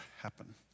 happen